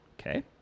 Okay